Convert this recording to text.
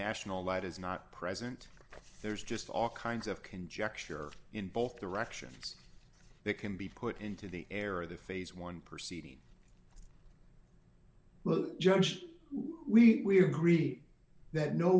national light is not present there's just all kinds of conjecture in both directions that can be put into the air or the phase one proceeding well judge we are greedy that no